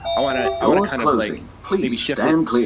i want to i want to kind of like maybe shift it.